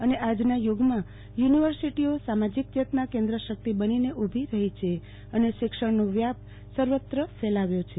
અને આજના યુગમાં યુ નિવર્સિટીઓ સામાજીક ચેતના કેન્દ્રશક્તિ બનીને ઉલી રહી છે અને શિક્ષણનો વ્યાપ સર્વત્ર ફેલાવ્યો છે